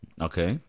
Okay